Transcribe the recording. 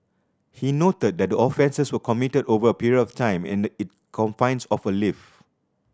he noted that the offences were committed over a period of time and in confines of a lift